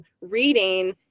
reading